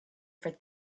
for